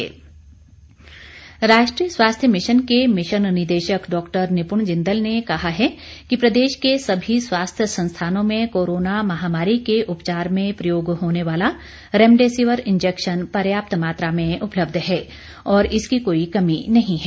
remdesivir राष्ट्रीय स्वास्थ्य mission के मिशन निदेशक डॉक्टर निपुण जिंदल ने कहा है कि प्रदेश के सभी स्वास्थ्य संस्थानों में कोरोना महामारी के उपचार में प्रयोग होने वाला रेमडेसिविर इंजेक्शन प्रर्याप्त मात्रा में उपलब्ध है और इसकी कोई कमी नहीं है